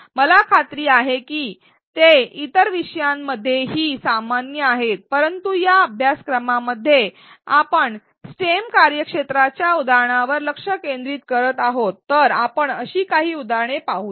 मला खात्री आहे की ते इतर विषयांमध्येही सामान्य आहेत परंतु या अभ्यासक्रमामध्ये आपण स्टेम कार्यक्षेत्राच्या उदाहरणांवर लक्ष केंद्रित करत आहोत तर आपण अशी काही उदाहरणे पाहू या